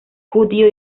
judío